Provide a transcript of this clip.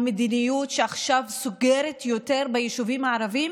המדיניות שעכשיו סוגרת יותר ביישובים הערביים,